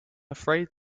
afraid